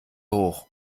hoch